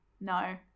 No